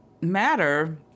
matter